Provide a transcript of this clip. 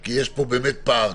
כי יש פה באמת פער,